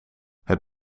het